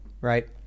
right